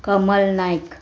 Kamal Naik